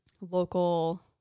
local